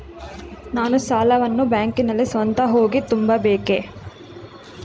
ನಾನು ಸಾಲವನ್ನು ಬ್ಯಾಂಕಿನಲ್ಲಿ ಸ್ವತಃ ಹೋಗಿ ತುಂಬಬೇಕೇ?